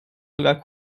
sogar